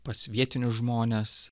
pas vietinius žmones